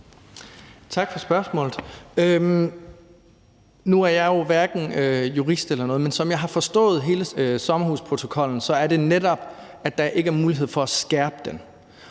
Tak for spørgsmålet. Nu er jeg jo hverken jurist eller noget, men som jeg har forstået hele sommerhusprotokollen, gælder det netop, at der ikke er mulighed for at skærpe den.